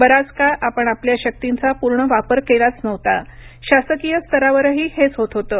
बराच काळ आपण आपल्या शक्तींचा पूर्ण वापर केलाच नव्हता शासकीय स्तरावरही हेच होत होतं